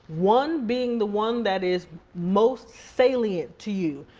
one being the one that is most salient to you,